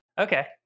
Okay